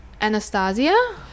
Anastasia